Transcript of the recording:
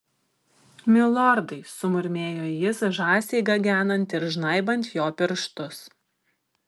milordai sumurmėjo jis žąsiai gagenant ir žnaibant jo pirštus